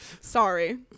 Sorry